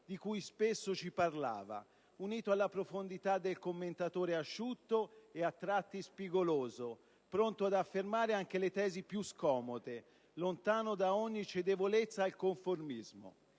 di cui spesso ci parlava, unito alla profondità del commentatore asciutto e a tratti spigoloso, pronto ad affermare anche le tesi più scomode, lontano da ogni cedevolezza al conformismo.